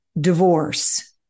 divorce